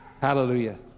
Hallelujah